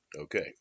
Okay